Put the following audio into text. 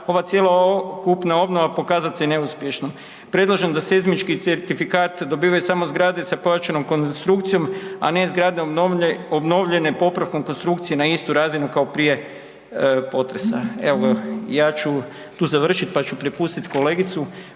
ova cjelokupna obnova pokazat se neuspješnom. Predlažem da seizmički certifikat dobivaju samo zgrade sa pojačano konstrukcijom a ne zgradom obnovljene popravkom konstrukcije na istu razinu kao prije potresa. Evo ja ću tu završit pa ću prepustiti kolegicu,